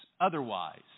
otherwise